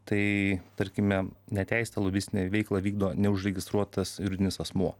tai tarkime neteisėtą lobistinę veiklą vykdo neužregistruotas juridinis asmuo